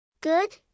Good